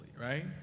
right